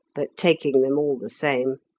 but taking them all the same.